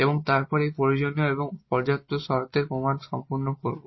এবং আমরা এই প্রয়োজনীয় এবং পর্যাপ্ত শর্তের প্রমাণ সম্পূর্ণ করব